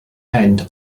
end